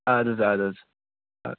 اَدٕ حظ اَدٕ حظ